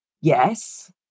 yes